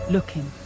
Looking